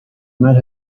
might